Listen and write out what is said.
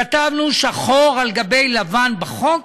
כתבנו שחור על גבי לבן בחוק,